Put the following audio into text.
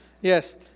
Yes